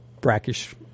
brackish